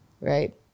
right